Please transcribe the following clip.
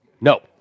No